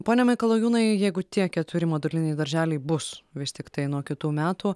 pone mikalajūnai jeigu tie keturi moduliniai darželiai bus vis tiktai nuo kitų metų